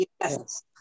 yes